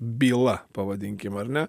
byla pavadinkim ar ne